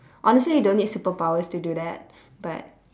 honestly you don't need superpowers to do that but